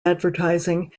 advertising